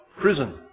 prison